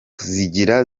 zigira